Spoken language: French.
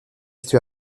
situé